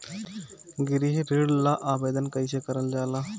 गृह ऋण ला आवेदन कईसे करल जाला?